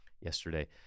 yesterday